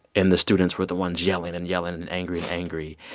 and the students were the ones yelling, and yelling, and angry, angry.